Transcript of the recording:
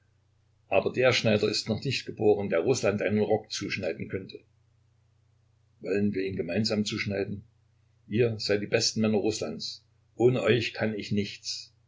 aber der schneider ist noch nicht geboren der rußland einen rock zuschneiden könnte wollen wir ihn gemeinsam zuschneiden ihr seid die besten männer rußlands ohne euch kann ich nichts